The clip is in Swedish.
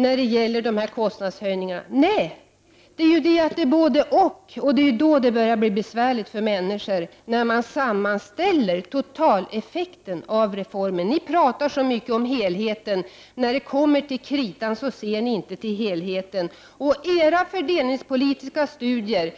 Och det är när man sammanställer effekterna av reformen på olika områden som man ser att det kommer att bli besvärligt för människor. Det är totaleffekten av reformen som gör det. Ni talar så mycket om helheten, men när det kommer till kritan ser ni inte till helheten. Era fördelningspolitiska studier